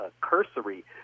cursory